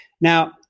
Now